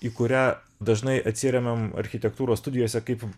į kurią dažnai atsiremiam architektūros studijose kaip